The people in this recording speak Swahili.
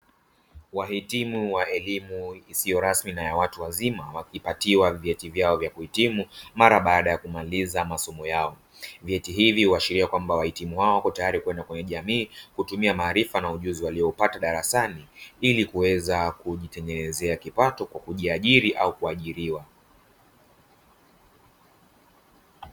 Wahitimu wa elimu isiyo rasmi na ya watu wazima wakipatiwa vyeti vyao vya kuhitimu mara baada ya kumaliza masomo yao. Vyeti hivyo huashiria kwamba wahitimu hao wako tayari kwenda kwenye jamii kitumia maarifa na ujuzi waliyoupata darasani ili kuweza kujitengenezea kipato kwa kujiajiri au kuajiriwa.